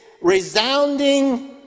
resounding